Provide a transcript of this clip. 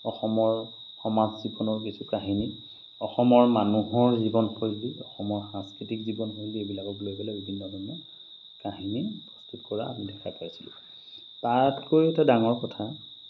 অসমৰ সমাজ জীৱনৰ কিছু কাহিনী অসমৰ মানুহৰ জীৱনশৈলী অসমৰ সাংস্কৃতিক জীৱনশৈলী এইবিলাকক লৈ পেলাই বিভিন্ন ধৰণৰ কাহিনী প্ৰস্তুত কৰা আমি দেখা পাইছিলোঁ তাতকৈ এটা ডাঙৰ কথা